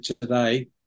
today